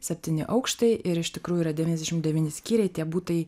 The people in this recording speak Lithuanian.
septyni aukštai ir iš tikrųjų yra devyniasdešimt devyni skyriai tie butai